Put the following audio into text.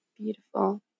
Beautiful